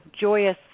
joyous